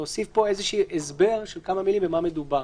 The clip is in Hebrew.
להוסיף פה איזשהו הסבר של כמה מילים במה מדובר.